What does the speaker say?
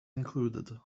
included